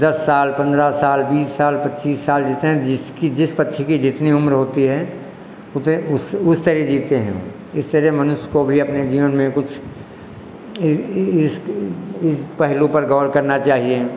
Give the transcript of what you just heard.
दस साल पन्द्रह साल बीस साल पच्चीस साल जितना जिसकी जिस पक्षी की जितनी उम्र होती है उतना उस उस तरह जीते हैं इस तरह मनुष्य को भी अपने जीवन में कुछ इस पहलू पर गौर करना चाहिए